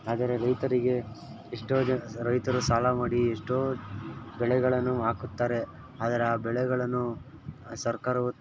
ಆದರೆ ರೈತರಿಗೆ ಎಷ್ಟೋ ಜನ ರೈತರು ಸಾಲ ಮಾಡಿ ಎಷ್ಟೋ ಬೆಳೆಗಳನ್ನು ಹಾಕುತ್ತಾರೆ ಆದರೆ ಆ ಬೆಳೆಗಳನ್ನು ಸರ್ಕಾರವು